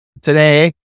today